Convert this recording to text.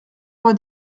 vingt